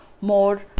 more